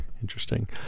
Interesting